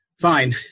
Fine